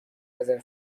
رزرو